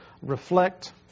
reflect